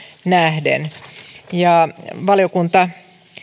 nähden valiokunta